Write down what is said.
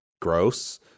gross